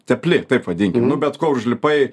tepli taip vadinkim nu bet ko užlipai